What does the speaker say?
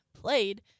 played